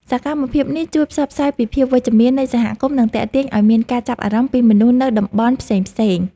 សកម្មភាពនេះជួយផ្សព្វផ្សាយពីភាពវិជ្ជមាននៃសហគមន៍ និងទាក់ទាញឱ្យមានការចាប់អារម្មណ៍ពីមនុស្សនៅតំបន់ផ្សេងៗ។